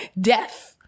death